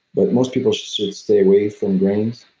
but most people should stay away from grains.